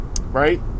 right